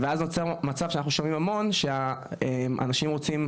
ואז נוצר מצב שאנחנו שומעים המון שאנשים רוצים,